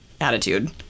attitude